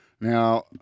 Now